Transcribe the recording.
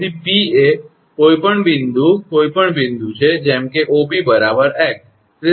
તેથી 𝑃 એ કોઈપણ બિંદુ કોઈપણ બિંદુ છે જેમ કે 𝑂𝑃 𝑥